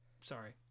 Sorry